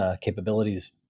capabilities